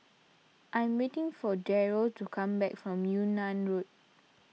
I am waiting for Daryle to come back from Yunnan Road